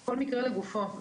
כלומר, כל מקרה לגופו.